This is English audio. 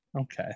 Okay